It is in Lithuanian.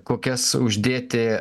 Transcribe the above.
kokias uždėti